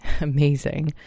Amazing